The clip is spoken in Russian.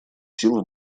сил